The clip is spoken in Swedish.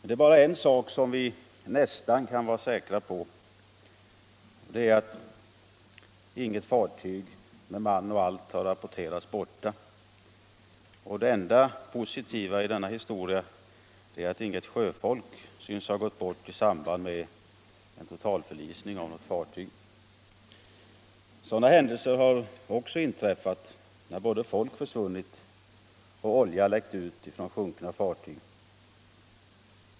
Det är bara en sak som vi kan vara nästan säkra på, nämligen att inget fartyg har rapporterats borta med man och allt. Det enda positiva i denna historia är att inget sjöfolk synes ha gått bort i samband med totalförlisning av fartyg. Sådana händelser har också inträffat när folk försvunnit och olja läckt ut från sjunkna fartyg.